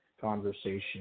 conversation